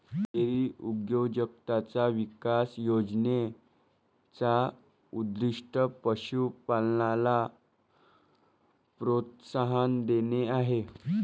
dairy उद्योजकताचा विकास योजने चा उद्दीष्ट पशु पालनाला प्रोत्साहन देणे आहे